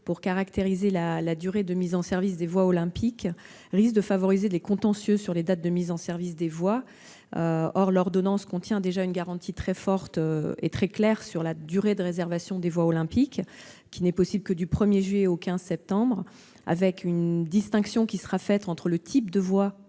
pour déterminer la durée de mise en service des voies olympiques risque de favoriser les contentieux sur les dates de mise en service de ces voies, alors que l'ordonnance contient déjà une garantie très forte et très claire sur la durée de réservation des voies olympiques, laquelle ne sera possible que du 1juillet au 15 septembre. En outre, une distinction sera faite entre des voies